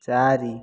ଚାରି